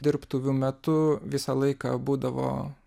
dirbtuvių metu visą laiką būdavo